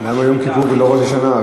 למה יום כיפור ולא ראש השנה,